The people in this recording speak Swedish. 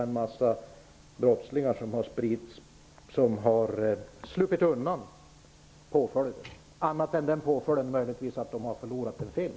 En massa brottslingar har då sluppit undan påföljd, annat än att de möjligtvis förlorar en film.